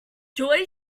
joy